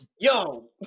Yo